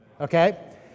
Okay